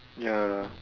ya lah